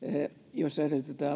joissa